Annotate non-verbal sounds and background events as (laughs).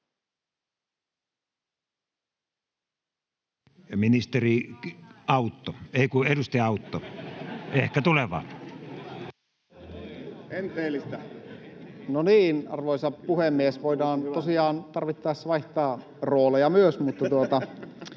Ministeri Autto, ei kun edustaja Autto. (laughs) — Ehkä tuleva. [Eduskunnasta: Enteellistä!] No niin, arvoisa puhemies, voidaan tosiaan tarvittaessa vaihtaa rooleja myös.